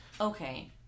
Okay